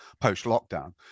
post-lockdown